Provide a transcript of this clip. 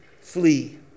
flee